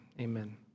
Amen